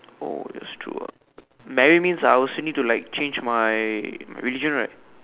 oh that's true ah marry means I will still need to like change my religion right